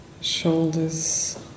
shoulders